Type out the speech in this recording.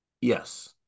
Yes